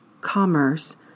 commerce